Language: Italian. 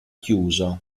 chiusa